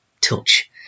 touch